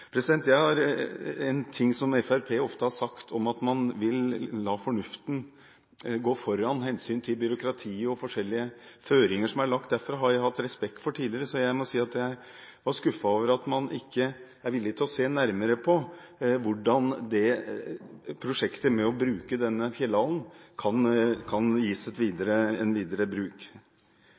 En ting som Fremskrittspartiet ofte har sagt, er at man vil la fornuften gå foran hensyn til byråkrati og forskjellige føringer som er lagt. Det har jeg hatt respekt for tidligere, og derfor er jeg skuffet over at man ikke er villig til å se nærmere på hvordan prosjektet med å bruke denne fjellhallen kan brukes videre. Bård Hoksrud hadde helt rett i at dette er et